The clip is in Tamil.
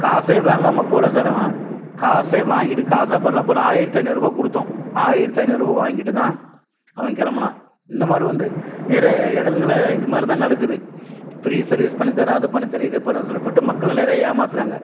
காசே வாங்காமல் போகல சார் அவன் காசே வாங்கிகிட்டு காசு ஆயிரத்து ஐந்நூறுரூவா கொடுத்தோம் ஆயிரத்து ஐந்நூறுரூவா வாங்கிட்டு தான் அவன் கிளம்புனான் இந்த மாதிரி வந்து நிறைய இடங்கள இது மாதிரி தான் நடக்குது ஃப்ரீ சர்வீஸ் பண்ணி தரேன் அதை பண்ணி தரேன் இதை பண்ணுறேன் சொல்லிகிட்டு மக்களை நிறைய ஏமாத்துகிறாங்க